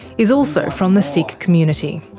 is also from the sikh community.